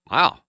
Wow